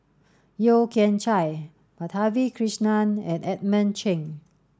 Yeo Kian Chai Madhavi Krishnan and Edmund Cheng